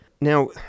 Now